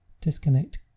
disconnect